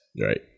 Right